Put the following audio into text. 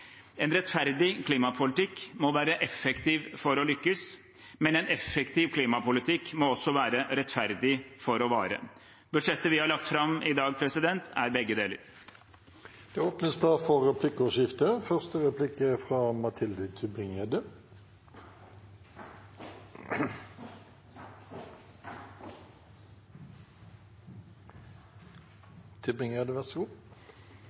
En rettferdig klimapolitikk må være effektiv for å lykkes, men en effektiv klimapolitikk må også være rettferdig for å vare. Budsjettet vi har lagt fram i dag, er begge deler. Det blir replikkordskifte. Jeg ble litt overrasket da